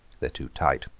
they're too tight.